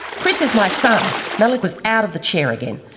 chris is my son! malik was out of the chair again.